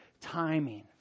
timing